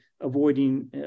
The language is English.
avoiding